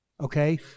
okay